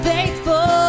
Faithful